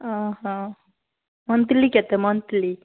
ଓ ହୋ ମନ୍ଥଲି କେତେ ମନ୍ଥଲି